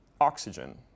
Oxygen